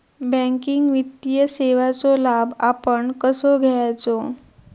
Banking वित्तीय सेवाचो लाभ आपण कसो घेयाचो?